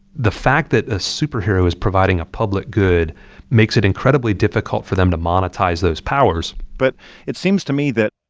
the fact that a superhero is providing a public good makes it incredibly difficult for them to monetize those powers but it seems to me that,